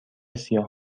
سیاه